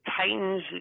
Titans